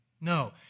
No